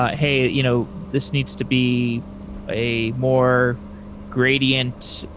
ah hey, you know this needs to be a more gradient.